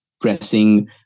pressing